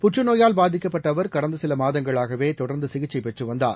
புற்றுநோயால் பாதிக்கப்பட்டஅவர் கடந்தசிலமாதங்களாகவேதொடர்ந்துசிகிச்சைபெற்றுவந்தார்